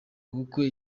ubukwe